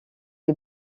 est